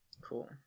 cool